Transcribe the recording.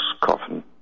coffin